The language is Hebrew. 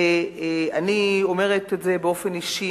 אני אומרת את זה באופן אישי,